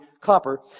copper